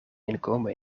inkomen